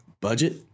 budget